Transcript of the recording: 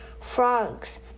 frogs